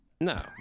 No